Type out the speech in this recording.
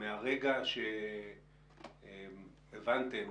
מהרגע שהבנתם